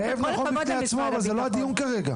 הכאב נכון בפני עצמו;